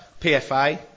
PFA